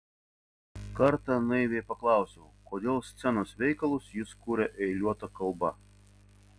kartą naiviai paklausiau kodėl scenos veikalus jis kuria eiliuota kalba